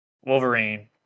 Wolverine